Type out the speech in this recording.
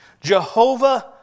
jehovah